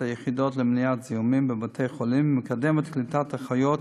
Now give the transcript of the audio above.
היחידות למניעת זיהומים בבתי-חולים ומקדמת קליטת אחיות